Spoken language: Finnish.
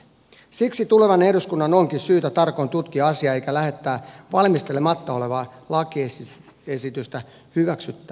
siksi tulevan eduskunnan onkin syytä tarkoin tutkia asiaa eikä lähettää valmistelematonta lakiesitystä hyväksyttäväksi